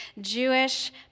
Jewish